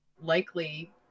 likely